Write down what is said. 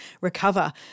recover